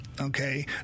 okay